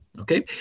Okay